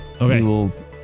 okay